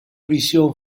visión